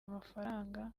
amafaranga